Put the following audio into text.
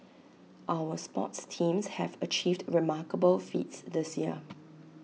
our sports teams have achieved remarkable feats this year